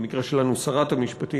במקרה שלנו שרת המשפטים,